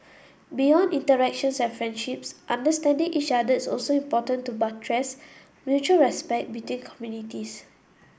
beyond interactions and friendships understanding each other is also important to buttress mutual respect between communities